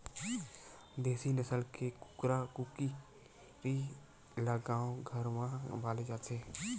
देसी नसल के कुकरा कुकरी ल गाँव घर म पाले जाथे